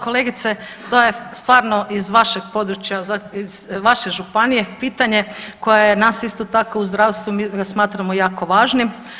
Kolegice, to je stvarno iz vašeg područja iz vaše županije pitanje koja je nas isto tako u zdravstvu mi ga smatramo jako važnim.